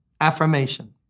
Affirmation